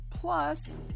Plus